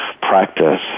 practice